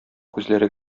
күзләре